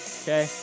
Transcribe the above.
okay